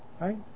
right